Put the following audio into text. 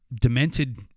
demented